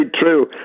true